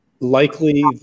likely